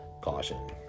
caution